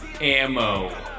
AMMO